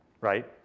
right